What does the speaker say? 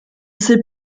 sait